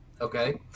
Okay